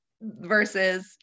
versus